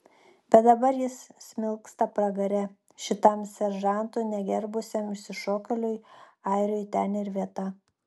bet dabar jis smilksta pragare šitam seržantų negerbusiam išsišokėliui airiui ten ir vieta